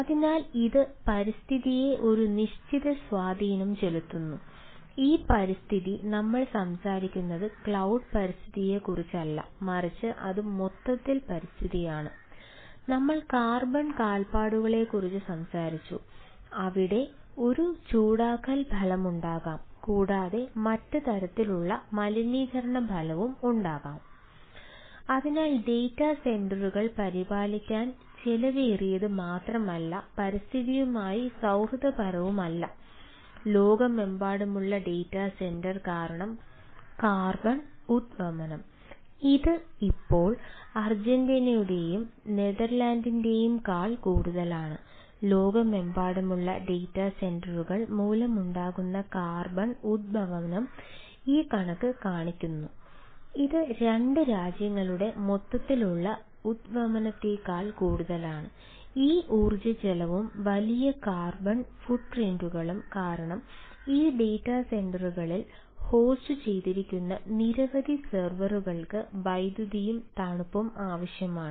അതിനാൽ ഇത് പരിസ്ഥിതിയെ ഒരു നിശ്ചിത സ്വാധീനം ചെലുത്തുന്നു ഈ പരിസ്ഥിതി നമ്മൾ സംസാരിക്കുന്നത് ക്ലൌഡ് കാൽപ്പാടുകളെക്കുറിച്ച് സംസാരിച്ചു അവിടെ ഒരു ചൂടാക്കൽ ഫലമുണ്ടാകാം കൂടാതെ മറ്റ് തരത്തിലുള്ള മലിനീകരണ ഫലവും ഉണ്ടാകാം അതിനാൽ ഡാറ്റാ സെന്ററുകൾ വൈദ്യുതിയും തണുപ്പും ആവശ്യമാണ്